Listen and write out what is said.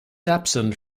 absent